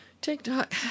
TikTok